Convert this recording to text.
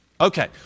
Okay